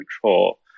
control